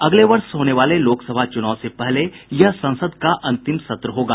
अगले वर्ष होने वाले लोकसभा चूनाव से पहले यह संसद का अंतिम सत्र होगा